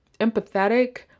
empathetic